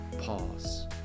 pause